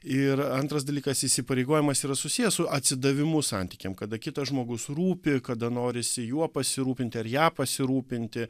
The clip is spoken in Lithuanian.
ir antras dalykas įsipareigojimas yra susijęs su atsidavimu santykiam kada kitas žmogus rūpi kada norisi juo pasirūpinti ar ja pasirūpinti